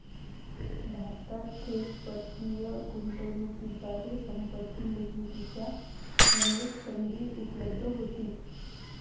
भारतात थेट परकीय गुंतवणुकीद्वारे संपत्ती निर्मितीच्या अनेक संधी उपलब्ध होतील